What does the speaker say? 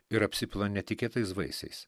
ir apsipila netikėtais vaisiais